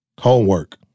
Homework